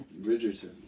Bridgerton